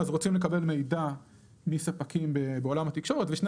אז רוצים לקבל מידע מספקים בעולם התקשורת ושני